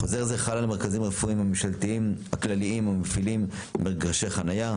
חוזר זה על חל מרכזים רפואיים ממשלתיים הכלליים המפעילים מגרשי חניה,